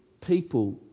people